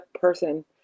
person